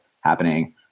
happening